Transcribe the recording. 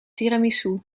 tiramisu